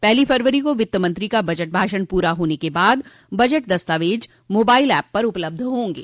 पहली फरवरी को वित्तमंत्री का बजट भाषण पूरा होने के बाद बजट दस्तावेज मोबाइल ऐप पर उपलब्ध होंगे